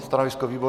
Stanovisko výboru?